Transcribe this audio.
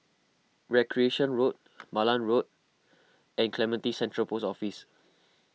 Recreation Road Malan Road and Clementi Central Post Office